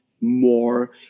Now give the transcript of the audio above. more